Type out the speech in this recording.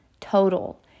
total